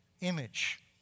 image